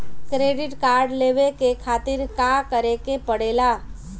Credit card लेवे के खातिर का करेके पड़ेला?